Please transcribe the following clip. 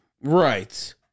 right